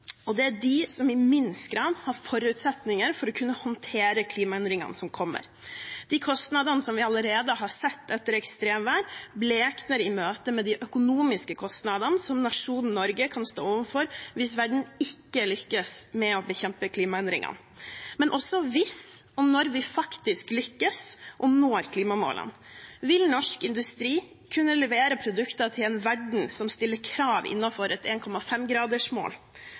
Det er de som i minst grad har forutsetninger for å kunne håndtere klimaendringene som kommer. De kostnadene som vi allerede har sett etter ekstremvær, blekner i møte med de økonomiske kostnadene som nasjonen Norge kan stå overfor hvis verden ikke lykkes med å bekjempe klimaendringene. Men også hvis – og når – vi faktisk lykkes og når klimamålene: Vil norsk industri kunne levere produkter til en verden som stiller krav innenfor et